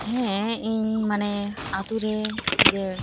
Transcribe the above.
ᱦᱮᱸ ᱤᱧ ᱢᱟᱱᱮ ᱟᱹᱛᱩ ᱨᱮ ᱡᱮ